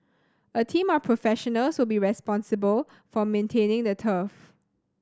a team of professionals will be responsible for maintaining the turf